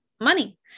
money